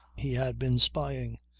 he had been spying.